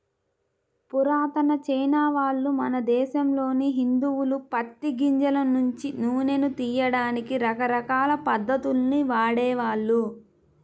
పురాతన చైనావాళ్ళు, మన దేశంలోని హిందువులు పత్తి గింజల నుంచి నూనెను తియ్యడానికి రకరకాల పద్ధతుల్ని వాడేవాళ్ళు